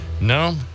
No